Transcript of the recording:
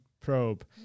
probe